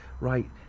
Right